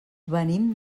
venim